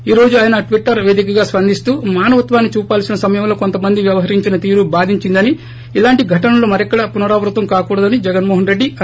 ఈ రోజు ఆయన ట్వటర్ పేదికగా స్పందిస్తూ మానవత్వాన్ని చూపాల్పిన సమయంలో కొంతమంది వ్యవహరించిన తీరు బాధించిందని ఇలాంటి ఘటనలు మరెక్కడా పునరావృతం కాకూడదని జగన్మోహన్ రెడ్డి అన్నారు